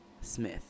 Smith